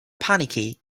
panicky